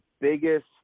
biggest